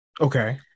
Okay